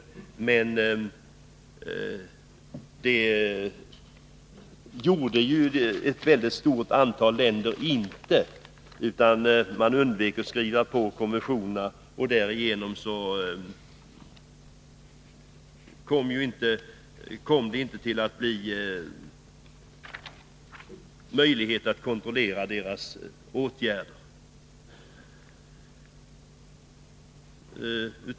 Men ett stort antal länder gjorde inte det, utan de undvek att skriva på konventionerna. Därigenom fick man inga möjligheter att kontrollera deras åtgärder.